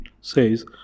says